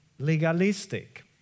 Legalistic